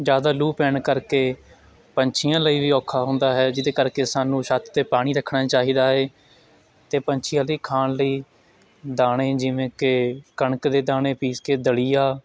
ਜ਼ਿਆਦਾ ਲੂਹ ਪੈਣ ਕਰਕੇ ਪੰਛੀਆਂਂ ਲਈ ਵੀ ਔਖਾ ਹੁੰਦਾ ਹੈ ਜਿਹਦੇ ਕਰਕੇ ਸਾਨੂੰ ਛੱਤ 'ਤੇ ਪਾਣੀ ਰੱਖਣਾ ਚਾਹੀਦਾ ਏ ਅਤੇ ਪੰਛੀਆਂ ਦੇ ਖਾਣ ਲਈ ਦਾਣੇ ਜਿਵੇਂ ਕਿ ਕਣਕ ਦੇ ਦਾਣੇ ਪੀਸ ਕੇ ਦਲੀਆ